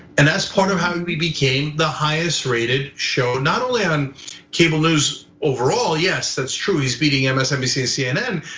and as part of how he became the highest rated show, not only on cable news overall, yes, that's true. he's beating and msnbc and cnn.